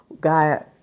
God